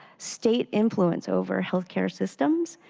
state influence over healthcare systems,